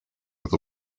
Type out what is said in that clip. with